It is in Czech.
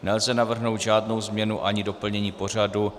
Nelze navrhnout žádnou změnu ani doplnění pořadu.